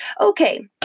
Okay